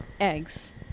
Eggs